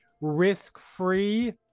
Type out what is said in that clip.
risk-free